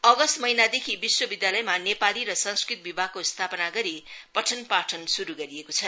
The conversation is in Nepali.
अगस्त महिनादेखि विश्वविद्यालयमा नेपाली संस्कृत विभागको स्थापना गरी पठनपाठन श्रु गरिएको छ